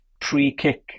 pre-kick